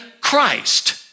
Christ